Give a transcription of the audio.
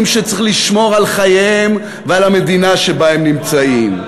שצריך לשמור על חייהם ועל המדינה שבה הם נמצאים.